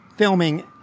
filming